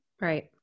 Right